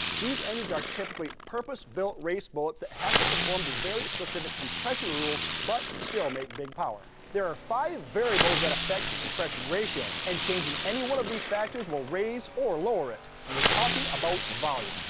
these engines are typically purpose built race bullets that have to conform to very specific compression rules but still make big power. there are five variables that effect compression ratio, and changing anyone of these factors will raise or lower it, and we're talking about volume.